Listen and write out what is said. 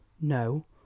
No